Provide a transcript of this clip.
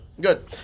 good